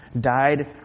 died